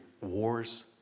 wars